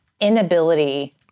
inability